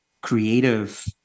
creative